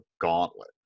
gauntlet